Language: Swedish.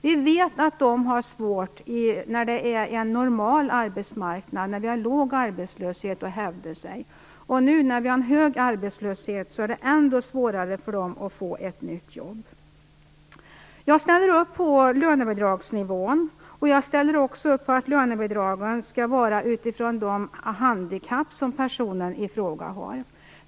Vi vet att de har svårt att hävda sig när arbetsmarknaden är normal och arbetslösheten låg. Nu när vi har hög arbetslöshet är det ännu svårare för dem att få ett nytt jobb. Jag ställer upp på lönebidragsnivån och jag ställer också upp på att lönebidragen skall bestämmas utifrån de handikapp som personen i fråga har.